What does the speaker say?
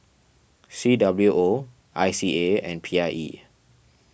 C W O I C A and P I E